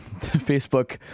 Facebook